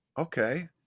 Okay